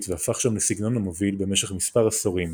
והפך שם לסגנון המוביל במשך מספר עשורים.